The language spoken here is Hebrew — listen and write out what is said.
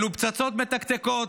אלו פצצות מתקתקות,